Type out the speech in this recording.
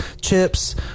chips